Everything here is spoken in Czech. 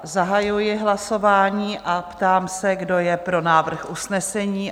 Zahajuji hlasování a ptám se, kdo je pro návrh usnesení?